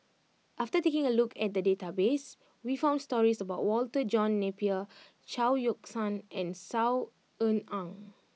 after taking a look at the database we found stories about Walter John Napier Chao Yoke San and Saw Ean Ang